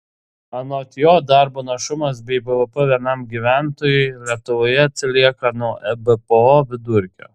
anot jo darbo našumas bei bvp vienam gyventojui lietuvoje atsilieka nuo ebpo vidurkio